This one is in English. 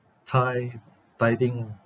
ti~ tithing